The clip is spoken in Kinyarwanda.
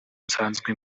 nsanzwe